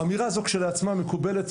האמירה הזו כשלעצמה מקובלת.